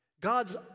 God's